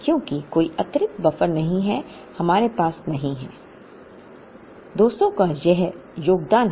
क्योंकि कोई अतिरिक्त बफर नहीं है हमारे पास नहीं है 200 का यह योगदान